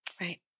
Right